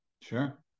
Sure